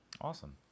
Awesome